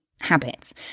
habits